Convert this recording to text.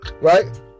right